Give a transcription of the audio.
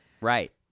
Right